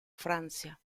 francia